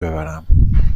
ببرم